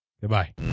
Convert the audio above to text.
Goodbye